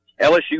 LSU